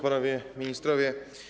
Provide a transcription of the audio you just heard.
Panowie Ministrowie!